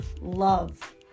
love